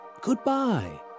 goodbye